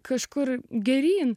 kažkur geryn